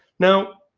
now,